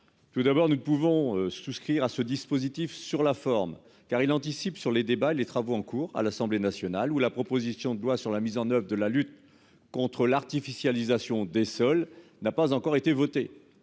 Tout d'abord, nous ne pouvons souscrire à ce dispositif sur la forme car il anticipe sur les débats. Les travaux en cours à l'Assemblée nationale où la proposition de loi sur la mise en oeuvre de la lutte contre l'artificialisation des sols n'a pas encore été voté,